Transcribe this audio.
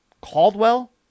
Caldwell